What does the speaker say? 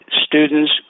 students